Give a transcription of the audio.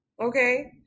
okay